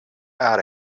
out